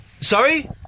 Sorry